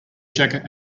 jacket